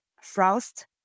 frost